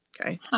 Okay